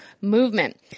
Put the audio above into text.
movement